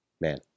Man